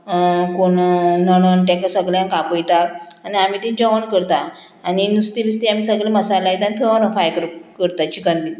कोण नणन तेंका सगळ्यांक आपयतात आनी आमी तीं जेवण करता आनी नुस्तें बिस्तें आमी सगळें मसाला येता थंय फ्राय करता चिकन बीन